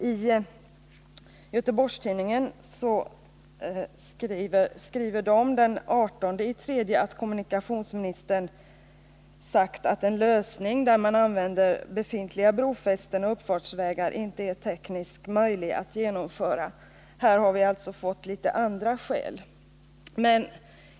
I Göteborgstidningen GT står det den 18 mars att kommunikationsminis tern sagt att en lösning som innebär att man använder befintliga brofästen och uppfartsvägar inte är tekniskt möjlig att genomföra. I dag har vi alltså fått en del andra skäl.